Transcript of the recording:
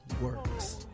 works